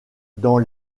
dans